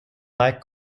like